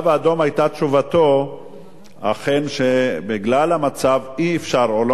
תשובתו היתה שאכן בגלל המצב אי-אפשר או לא מתקיימת